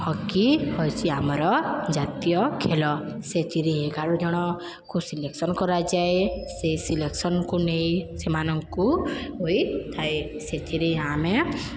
hockey ହୋଇଛି ଆମର ଜାତୀୟ ଖେଲ ସେଥିରେ ଏଗାର ଜଣକୁ ସିଲେକ୍ସନ୍ କରାଯାଏ ସେଇ ସିଲେକ୍ସନ୍କୁ ନେଇ ସେମାନଙ୍କୁ ହୋଇଥାଏ ସେଥିରେ ଆମେ